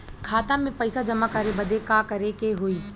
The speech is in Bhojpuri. खाता मे पैसा जमा करे बदे का करे के होई?